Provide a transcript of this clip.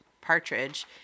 partridge